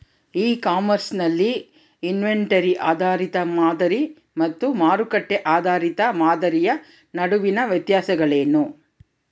E commerce ನಲ್ಲಿ inventory ಆಧಾರಿತ ಮಾದರಿ ಮತ್ತು ಮಾರುಕಟ್ಟೆ ಆಧಾರಿತ ಮಾದರಿಯ ನಡುವಿನ ವ್ಯತ್ಯಾಸಗಳೇನು?